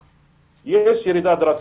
ויש ירידה דרסטית.